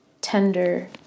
tender